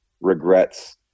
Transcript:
regrets